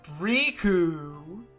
Riku